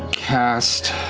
cast.